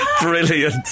Brilliant